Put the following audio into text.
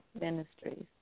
Ministries